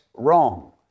wrong